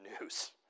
news